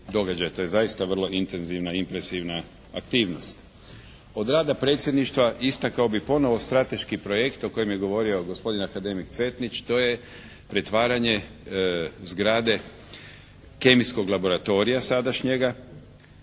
To je zaista vrlo intenzivna, impresivna aktivnost. Od rada predsjedništva istakao bih ponovo strateški projekt o kojem je govorio gospodin akademik Cvetnić, to je pretvaranje zgrade kemijskog laboratorija sadašnjega,